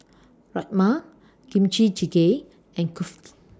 Rajma Kimchi Jjigae and Kulfi